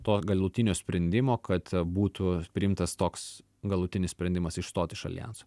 to galutinio sprendimo kad būtų priimtas toks galutinis sprendimas išstot iš aljanso